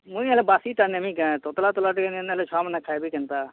ମୁଇଁ ହେଲେ ବାସିଟା ନେମି କେଁ ତତ୍ଲା ତତ୍ଲା ଟିକେ ନାଇଁ ନେଲେ ଛୁଆମାନେ ଖାଏବେ କେନ୍ତା